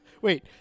Wait